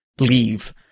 leave